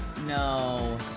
No